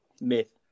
Myth